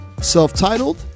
Self-Titled